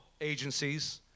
agencies